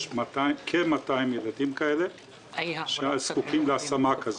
כ-200 ילדים כאלה שזקוקים להשמה כזאת.